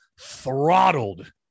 throttled